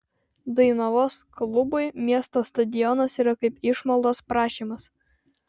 dainavos klubui miesto stadionas yra kaip išmaldos prašymas